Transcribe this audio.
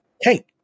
Hey